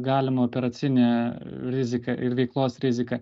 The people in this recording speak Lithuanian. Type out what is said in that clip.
galimą operacinę riziką ir veiklos riziką